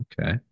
okay